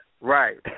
right